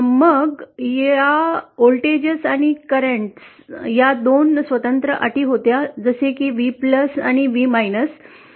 मग या कॉनक्रेंस व्होल्टेजमध्ये 2 स्वतंत्र अटी होत्या जसे V आणि V